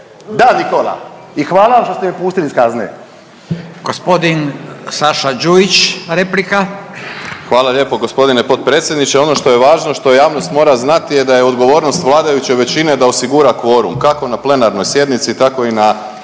Da, Nikola i hvala vam što ste me pustili iz kazne. **Radin, Furio (Nezavisni)** Gospodin Saša Đujić, replika. **Đujić, Saša (SDP)** Hvala lijepo gospodine potpredsjedniče. Ono što je važno, što javnost mora znati je da je odgovornost vladajuće većine da osigura kvorum kako na plenarnoj sjednici tako i na